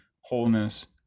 wholeness